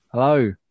Hello